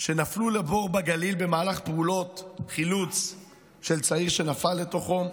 שנפלו לבור בגליל במהלך פעולות חילוץ של צעיר שנפל לתוכו,